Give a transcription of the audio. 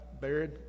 buried